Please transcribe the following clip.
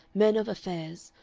men of affairs,